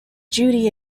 judy